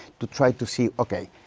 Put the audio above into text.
to try to see, okay,